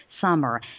summer